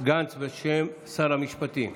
גנץ בשם שר המשפטים.